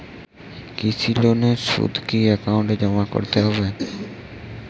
কৃষি লোনের সুদ কি একাউন্টে জমা করতে হবে?